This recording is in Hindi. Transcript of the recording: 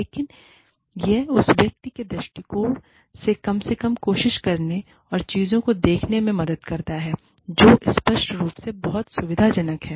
लेकिन यह इस व्यक्ति के दृष्टिकोण से कम से कम कोशिश करने और चीजों को देखने में मदद करता है जो स्पष्ट रूप से बहुत असुविधाजनक है